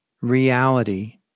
reality